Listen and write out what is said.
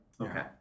okay